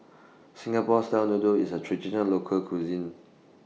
Singapore Style Noodles IS A Traditional Local Cuisine